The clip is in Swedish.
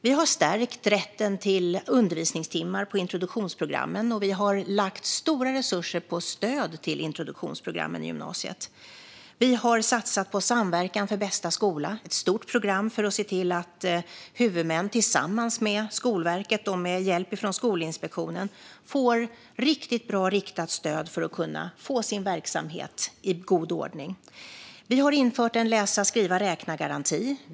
Vi har stärkt rätten till undervisningstimmar på introduktionsprogrammen, och vi har lagt stora resurser på stöd till introduktionsprogrammen i gymnasiet. Vi har satsat på Samverkan för bästa skola, ett stort program för att se till att huvudmän tillsammans med Skolverket och med hjälp från Skolinspektionen får riktigt bra riktat stöd för att kunna få sin verksamhet i god ordning. Vi har infört en läsa-skriva-räkna-garanti.